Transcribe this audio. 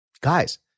guys